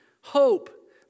Hope